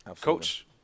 coach